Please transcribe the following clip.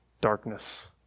darkness